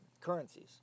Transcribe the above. currencies